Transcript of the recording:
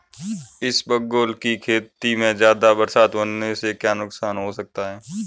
इसबगोल की खेती में ज़्यादा बरसात होने से क्या नुकसान हो सकता है?